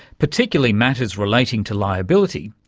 particularly matters relating to liability,